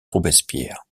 robespierre